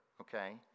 okay